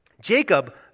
Jacob